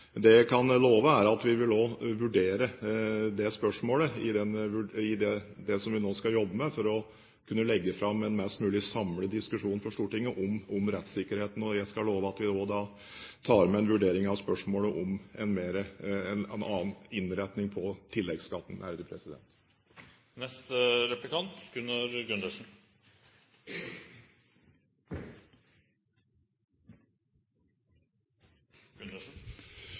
Det jeg kan love, er at vi også vil vurdere det spørsmålet i forbindelse med det vi nå skal jobbe med, for å kunne få en mest mulig samlet diskusjon om rettssikkerheten i Stortinget. Jeg skal love at vi da tar med en vurdering av spørsmålet om en annen innretning på tilleggsskatten.